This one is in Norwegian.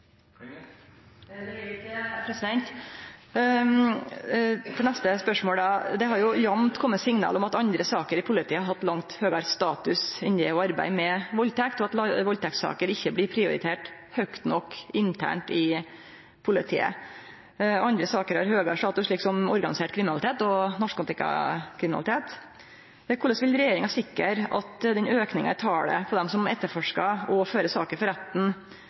neste spørsmål: Det har jamt kome signal om at andre saker i politiet har hatt langt høgare status enn det å arbeide med valdtekt, og at valdtektssaker ikkje blir prioriterte høgt nok internt i politiet. Andre saker har høgare status, slik som organisert kriminalitet og narkotikakriminalitet. Korleis vil regjeringa sikre at auken i talet på dei som etterforskar og fører saker for retten